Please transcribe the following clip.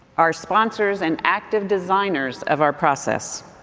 are sponsors and active designers of our process.